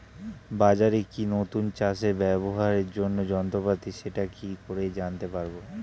বাজারে কি নতুন চাষে ব্যবহারের জন্য যন্ত্রপাতি সেটা কি করে জানতে পারব?